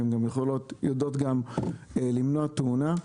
ויודעות גם למנוע תאונה.